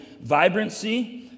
vibrancy